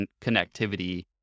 connectivity